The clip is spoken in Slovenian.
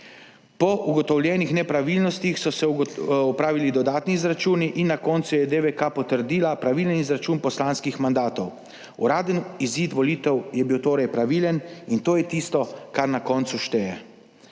Po ugotovljenih nepravilnostih so se opravili dodatni izračuni in na koncu je DVK potrdila pravilen izračun poslanskih mandatov. Uraden izid volitev je bil torej pravilen in to je tisto, kar na koncu šteje.